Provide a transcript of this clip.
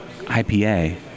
IPA